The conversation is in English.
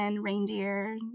reindeer